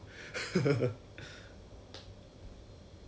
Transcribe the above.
actually ya it's a lot leh because 那时 the Kevin Ng ah